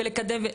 ולקדם.